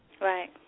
Right